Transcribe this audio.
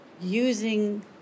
using